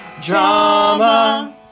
Drama